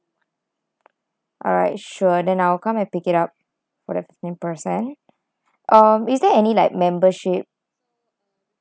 alright sure then I'll come and pick it up in person um is there any like membership